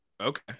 okay